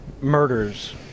murders